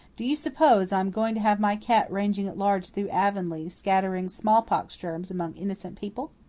do you suppose i am going to have my cat ranging at large through avonlea, scattering smallpox germs among innocent people?